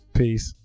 peace